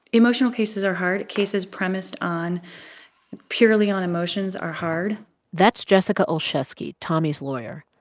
emotional cases are hard. cases premised on purely on emotions are hard that's jessica olsheski, tommy's lawyer.